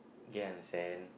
okay understand